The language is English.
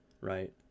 right